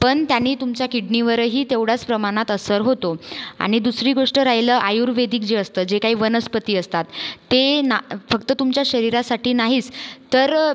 पण त्यांनी तुमच्या किडनीवरही तेवढ्याच प्रमाणात असर होतो आणि दुसरी गोष्ट राहिलं आयुर्वेदिक जे असतं जे काही वनस्पती असतात ते ना फक्त तुमच्या शरीरासाठी नाहीच तर